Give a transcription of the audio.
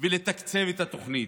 ולתקצב את התוכנית.